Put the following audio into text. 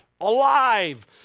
alive